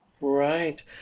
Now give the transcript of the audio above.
Right